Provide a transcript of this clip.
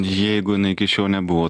jeigu jinai iki šiol nebuvo